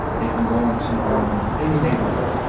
they can go into um any neighborhood.